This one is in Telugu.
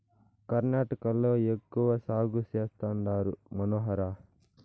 కర్ణాటకలో ఎక్కువ సాగు చేస్తండారు మనోహర